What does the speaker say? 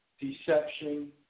deception